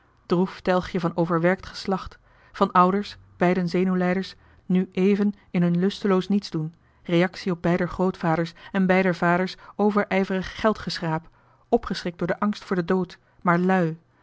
droef telgje van overwerkt geslacht van ouders beiden zenuwlijders nu éven in hun lusteloos niets doen reactie op beider grootvaders en beider vaders overijverig geldgeschraap opgeschrikt door den angst voor den dood maar lui